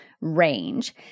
range